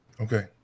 Okay